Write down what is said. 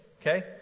Okay